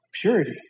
purity